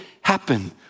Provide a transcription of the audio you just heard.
happen